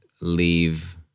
leave